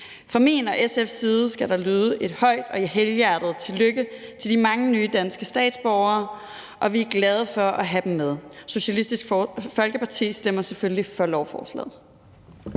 Fra min og SF's side skal der lyde et højt og helhjertet tillykke til de mange nye danske statsborgere. Vi er glade for at have dem med. Socialistisk Folkeparti stemmer selvfølgelig for lovforslaget.